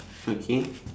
okay